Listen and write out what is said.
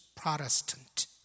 Protestant